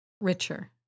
Richer